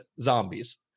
zombies